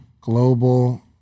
Global